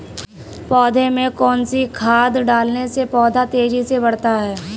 पौधे में कौन सी खाद डालने से पौधा तेजी से बढ़ता है?